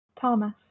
Thomas